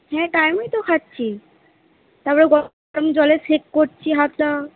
হ্যাঁ টাইমেই তো খাচ্ছি তারপরে গরম জলে সেঁক করছি হাতটা